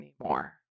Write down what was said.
anymore